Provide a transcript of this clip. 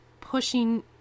pushing